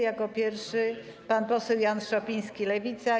Jako pierwszy pan poseł Jan Szopiński, Lewica.